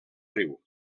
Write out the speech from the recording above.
riu